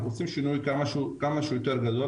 אנחנו עושים כמה שיותר גדול,